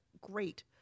Great